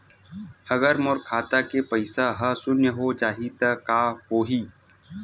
अगर मोर खाता के पईसा ह शून्य हो जाही त का होही?